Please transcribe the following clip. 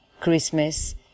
Christmas